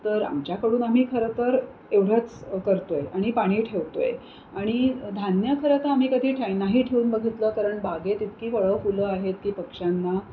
तर आमच्याकडून आम्ही खरं तर एवढंच करतो आहे आणि पाणी ठेवतो आहे आणि धान्य खरं तर आम्ही कधी ठे नाही ठेवून बघितलं कारण बागेत इतकी फळं फुलं आहेत की पक्षांना